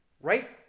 right